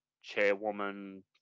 chairwoman